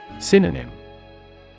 Synonym